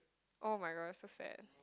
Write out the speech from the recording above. oh-my-god so sad